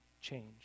change